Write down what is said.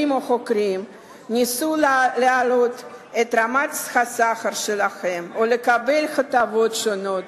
או שוטרים ניסו להעלות את רמת השכר שלהם או לקבל הטבות שונות